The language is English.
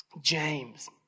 James